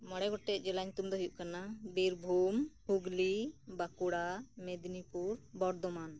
ᱢᱚᱸᱲᱮ ᱜᱚᱴᱮᱡ ᱡᱮᱞᱟ ᱧᱩᱛᱩᱢ ᱫᱚ ᱦᱩᱭᱩᱜ ᱠᱟᱱᱟ ᱵᱤᱨᱵᱷᱩᱢ ᱦᱩᱜᱞᱤ ᱵᱟᱠᱩᱲᱟ ᱢᱮᱫᱽᱱᱤᱯᱩᱨ ᱵᱚᱨᱫᱷᱚᱢᱟᱱ